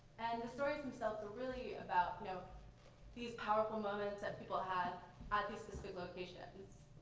and the stories themselves were really about you know these powerful moments that people had at these specific locations.